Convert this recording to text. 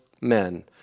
men